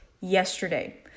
yesterday